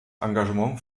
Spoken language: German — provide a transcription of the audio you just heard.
engagement